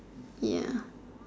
ya